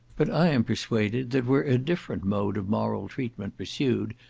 but i am persuaded that were a different mode of moral treatment pursued,